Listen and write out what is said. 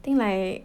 then like